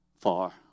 far